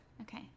Okay